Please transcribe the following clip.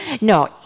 no